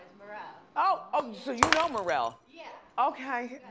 marelle. oh, so you know marelle. yeah. okay.